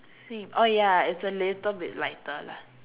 same oh ya it's a little bit lighter lah